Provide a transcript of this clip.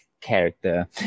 character